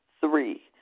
Three